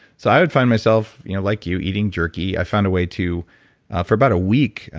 so i would find myself you know like you, eating jerky. i found a way to for about a week,